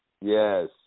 Yes